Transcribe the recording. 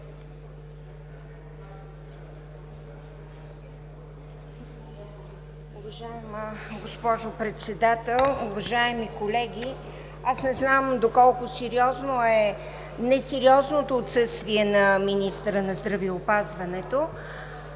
Уважаема госпожо Председател, уважаеми колеги! Не знам доколко сериозно е несериозното отсъствие на министъра на здравеопазването,